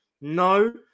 No